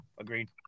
Agreed